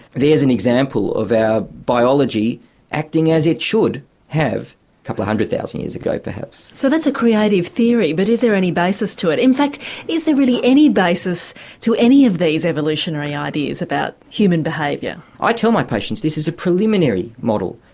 there's an example of our biology acting as it should have a couple of hundred thousand years ago perhaps. so that's a creative theory but is there any basis to it? in fact is there any basis to any of these evolutionary ideas about human behaviour? i tell my patients this is a preliminary model,